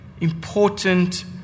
important